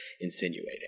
insinuating